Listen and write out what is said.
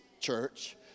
church